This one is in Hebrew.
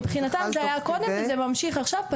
מבחינתם זה היה קודם וזה ממשיך עכשיו,